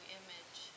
image